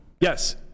Yes